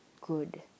good